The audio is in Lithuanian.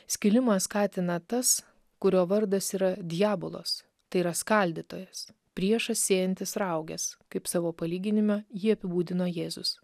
skilimą skatina tas kurio vardas yra diabolos tai yra skaldytojas priešas sėjantis rauges kaip savo palyginime jį apibūdino jėzus